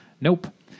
Nope